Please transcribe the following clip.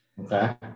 okay